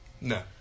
No